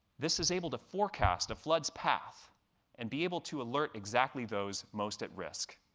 this is able to forecast a flood's path and be able to alert exactly those most at risk.